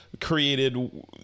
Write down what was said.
created